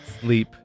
Sleep